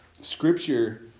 scripture